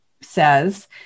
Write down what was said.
says